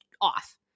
off